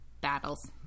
battles